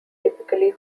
typically